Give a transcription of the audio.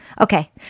Okay